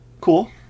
Cool